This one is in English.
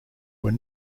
were